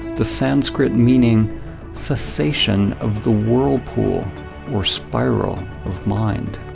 the sanskrit meaning cessation of the whirlpool or spiral of mind.